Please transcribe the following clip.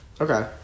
Okay